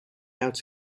out